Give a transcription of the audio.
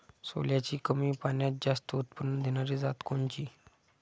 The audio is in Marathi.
सोल्याची कमी पान्यात जास्त उत्पन्न देनारी जात कोनची?